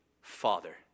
Father